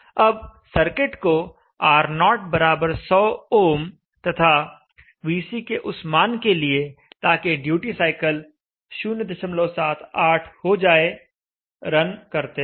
अब सर्किट को R0100 ohm तथा VC के उस मान के लिए ताकि ड्यूटी साइकल 078 हो जाए रन करते हैं